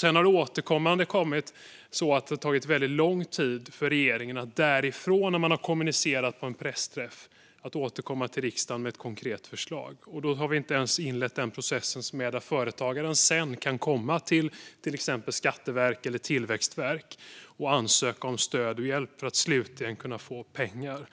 Sedan har det återkommande tagit lång tid för regeringen att, efter att man har kommunicerat ut det på en pressträff, återkomma till riksdagen med ett konkret förslag. Då har vi inte ens inlett processen för företagaren att komma till exempelvis Skatteverket eller Tillväxtverket och ansöka om stöd och hjälp för att slutligen kunna få pengar.